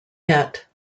yet